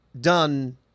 done